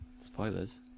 Spoilers